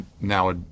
now